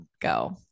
go